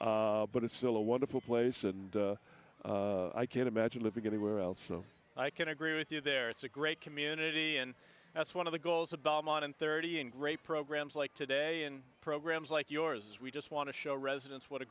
substantially but it's still a wonderful place and i can't imagine living anywhere else so i can agree with you there it's a great community and that's one of the goals of belmont and thirty and great programs like today and programs like yours is we just want to show residents what a